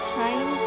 time